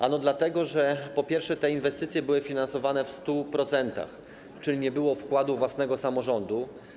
Ano dlatego że, po pierwsze, te inwestycje były finansowane w 100%, czyli nie było wkładu własnego samorządu.